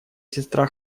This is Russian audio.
сестра